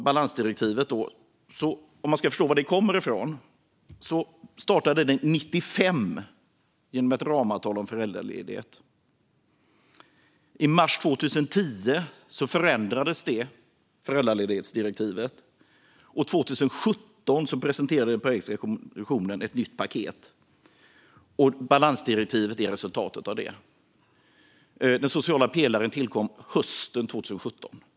Balansdirektivet infördes 1995 genom ett ramavtal om föräldraledighet. I mars 2010 förändrades föräldraledighetsdirektivet. År 2017 presenterade Europeiska kommissionen ett nytt paket, och balansdirektivet är resultatet av detta. Den sociala pelaren tillkom hösten 2017.